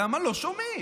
למה לא שומעים?